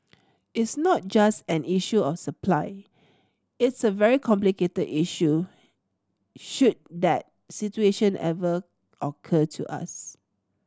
it's not just an issue of supply it's a very complicated issue should that situation ever occur to us